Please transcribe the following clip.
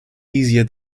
easier